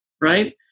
right